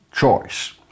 choice